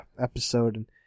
episode